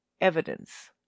evidence